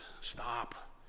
Stop